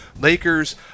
Lakers